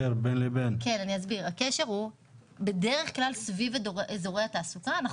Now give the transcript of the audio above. הקשר בדרך כלל סביב אזורי התעסוקה.